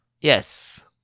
Yes